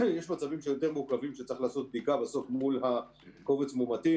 יש מצבים יותר מורכבים שצריך לעשות בדיקה בסוף מול קובץ מאומתים.